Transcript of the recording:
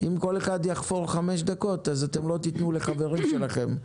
אם כל אחד יחפור חמש דקות אז אתם לא תיתנו לחברים שלכם לדבר.